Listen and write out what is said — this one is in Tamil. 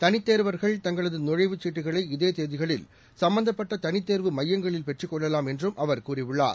தனித்தேர்வர்கள் தங்களது நுழைவுச் சீட்டுகளை இதே தேதிகளில் சம்மந்தப்பட்ட தனித்தேர்வு மையங்களில் பெற்றுக் கொள்ளலாம் என்றும் அவர் கூறியுள்ளார்